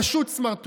פשוט סמרטוט.